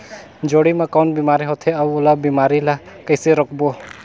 जोणी मा कौन बीमारी होथे अउ ओला बीमारी ला कइसे रोकबो?